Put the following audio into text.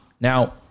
now